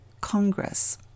Congress